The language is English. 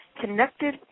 connected